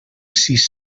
sis